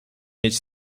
mieć